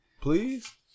Please